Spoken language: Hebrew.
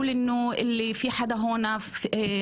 אין ספק שאני חייבת לפתוח,